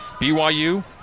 BYU